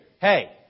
Hey